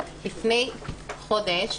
לפני חודש,